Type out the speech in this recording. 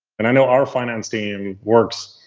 and i know our finance team works